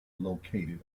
located